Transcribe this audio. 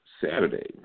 Saturday